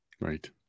Right